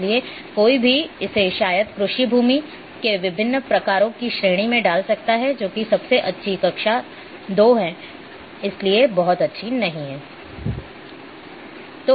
इसलिए कोई भी इसे शायद कृषि भूमि के विभिन्न प्रकारों की श्रेणी में डाल सकता है जो कि सबसे अच्छी कक्षा दो हैं इसलिए बहुत अच्छी नहीं हैं